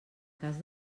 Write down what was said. cas